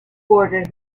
borders